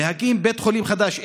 להקים בית חולים חדש.